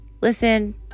listen